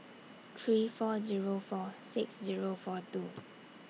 three four Zero four six Zero four two